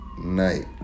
night